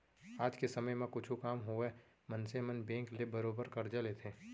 आज के समे म कुछु काम होवय मनसे मन बेंक ले बरोबर करजा लेथें